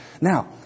Now